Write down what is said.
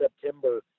September